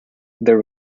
there